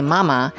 Mama